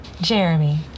Jeremy